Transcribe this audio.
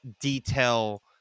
detail